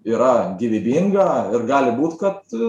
yra gyvybinga ir gali būt kad